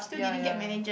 ya ya ya